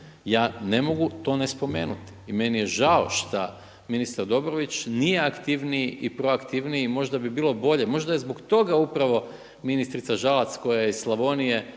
ja ne mogu to ne spomenuti. I meni je žao šta ministar Dobrović nije aktivniji i proaktivniji, možda bi bilo bolje. Možda je zbog toga upravo ministrica Žalac koja je iz Slavonije